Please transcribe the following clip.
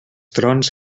trons